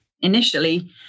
initially